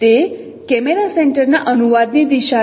તે કેમેરા સેન્ટરના અનુવાદની દિશા છે